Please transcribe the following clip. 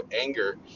anger